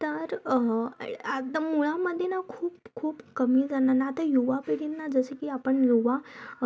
तर आता मुळामध्ये ना खूप खूप कमी जणांना आता युवा पिढींना जसे की आपण युवा